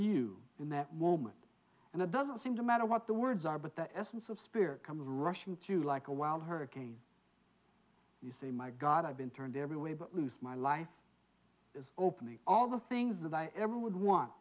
you in that moment and it doesn't seem to matter what the words are but the essence of spirit comes rushing to like a wild hurricane you say my god i've been turned every way but with my life is opening all the things that i ever would want